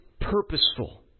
purposeful